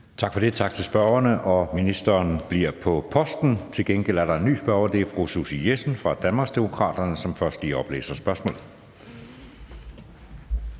Tak for det, og tak til spørgerne. Ministeren bliver på posten. Til gengæld er der en ny spørger, og det er fru Susie Jessen fra Danmarksdemokraterne, som først lige oplæser spørgsmålet.